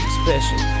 special